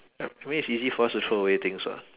I mean it's easy for us to throw away things [what]